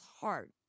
heart